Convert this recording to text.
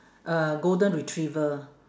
a golden retriever